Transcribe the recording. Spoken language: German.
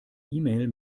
mail